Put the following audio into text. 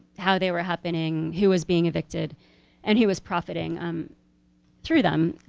how they were happening, who was being evicted and who was profiting um through them.